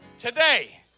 Today